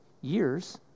years